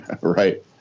Right